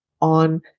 on